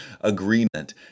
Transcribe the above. agreement